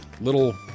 little